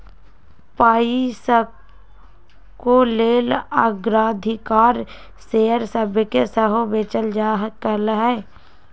पइसाके लेल अग्राधिकार शेयर सभके सेहो बेचल जा सकहइ